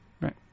Right